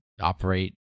operate